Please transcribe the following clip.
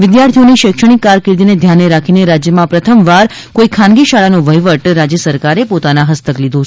વિદ્યાર્થીઓની શૈક્ષણિક કારકિર્દીને ધ્યાને રાખીને રાજ્યમાં પ્રથમવાર કોઇ ખાનગી શાળાનો વહીવટ પોતાના હસ્તક લીધો છે